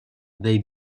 they